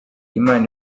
imana